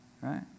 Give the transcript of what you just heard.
Right